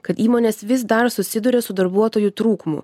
kad įmonės vis dar susiduria su darbuotojų trūkumu